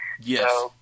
Yes